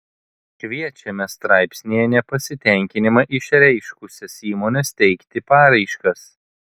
kviečiame straipsnyje nepasitenkinimą išreiškusias įmones teikti paraiškas